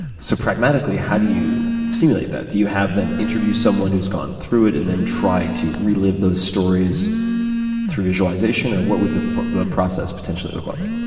so, pragmatically, how do you simulate that? do you have them interview someone who's gone through it and then try to relive those stories through visualization or what would the the process potentially look like?